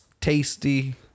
tasty